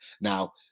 Now